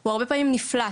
הוא הרבה פעמים נפלט.